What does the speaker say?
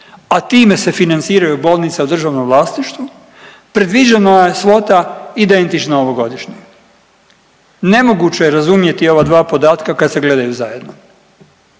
a time se financiraju bolnice u državnom vlasništvu predviđena je svota identična ovogodišnjoj. Nemoguće je razumjeti ova dva podatka kad se gledaju zajedno.